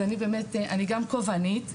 אני גם כובענית,